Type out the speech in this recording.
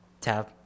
Tab